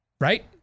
Right